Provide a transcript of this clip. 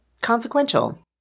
consequential